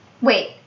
Wait